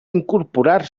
incorporar